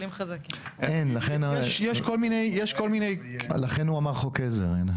לכן הוא אמר חוק עזר, ינאי.